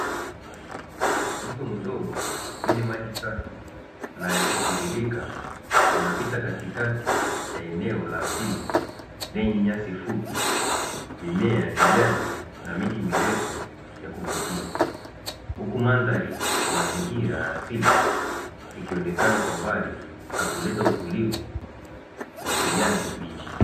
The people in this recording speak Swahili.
Mto mdogo wenye maji safi na ya kutiririka unapita katikati ya eneo la asili, lenye nyasi fupi, mimea ya kijani na miti mirefu ya kuvutia. Huku mandhari ya asili ikionekana kwa mbali na kuleta utulivu wa kijani kibichi.